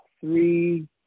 three